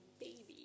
baby